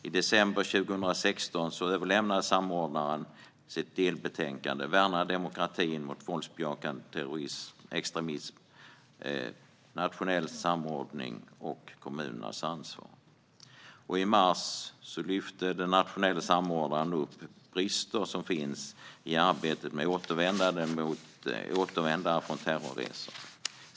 I december 2016 överlämnade samordnaren sitt delbetänkande Värna demokratin mot våldsbejakande extremism - nationell samordning och kommunernas ansvar . I mars lyfte den nationella samordnaren fram de brister som finns i arbetet med återvändare från terrorresor.